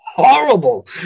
Horrible